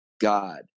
God